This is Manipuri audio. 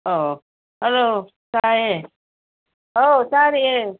ꯑꯣ ꯍꯜꯂꯣ ꯇꯥꯏꯌꯦ ꯑꯣ ꯇꯥꯔꯤꯌꯦ